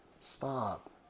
Stop